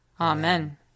Amen